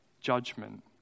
judgment